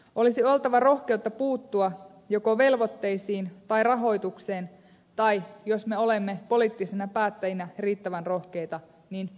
olisi oltava rohkeutta puuttua joko velvoitteisiin tai rahoitukseen tai jos me olemme poliittisina päättäjinä riittävän rohkeita molempiin